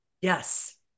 Yes